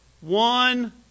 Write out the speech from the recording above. one